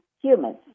humans